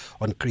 on